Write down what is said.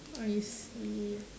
I see